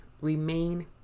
remain